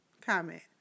comment